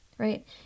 Right